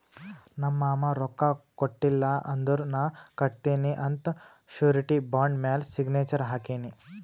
ನಮ್ ಮಾಮಾ ರೊಕ್ಕಾ ಕೊಟ್ಟಿಲ್ಲ ಅಂದುರ್ ನಾ ಕಟ್ಟತ್ತಿನಿ ಅಂತ್ ಶುರಿಟಿ ಬಾಂಡ್ ಮ್ಯಾಲ ಸಿಗ್ನೇಚರ್ ಹಾಕಿನಿ